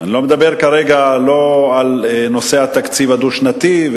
אני לא מדבר כרגע לא על נושא התקציב הדו-שנתי,